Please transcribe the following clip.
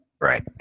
right